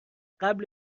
قبل